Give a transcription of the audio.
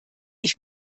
ich